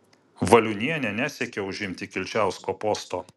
valiunienė nesiekė užimti kilčiausko posto